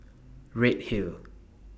Redhill